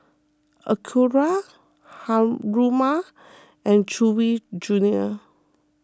Acura Haruma and Chewy Junior